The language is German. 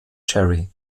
cherry